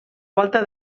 volta